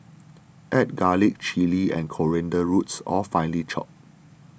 add garlic chilli and coriander roots all finely chopped